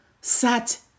sat